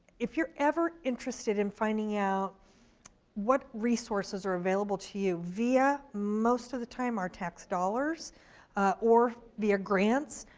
if you're ever interested in finding out what resources are available to you via most of the time, our tax dollars or via grants,